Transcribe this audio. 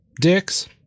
dicks